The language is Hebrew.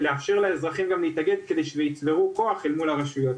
ולאפשר כמובן לאזרחים עצמם גם להתאגד כדי שיצברו כוח אל מול הרשויות.